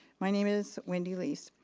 my name is wendy lis.